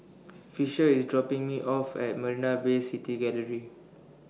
Fisher IS dropping Me off At Marina Bay City Gallery